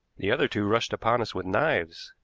the other two rushed upon us with knives.